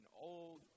Old